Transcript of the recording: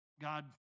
God